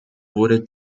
wurde